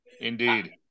Indeed